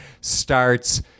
starts